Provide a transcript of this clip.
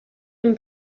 him